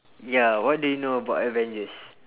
ya what do you know about avengers